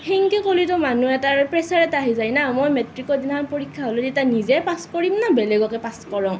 সেনেকে ক'লেতো মানুহ এটাৰ প্ৰেছাৰ এটা আহি যায় না মই মেট্ৰিকৰ দিনাখন পৰীক্ষা হ'লত এতিয়া নিজে পাছ কৰিম না বেলেগকে পাছ কৰাম